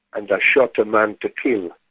and i shot a man to kill.